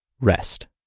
rest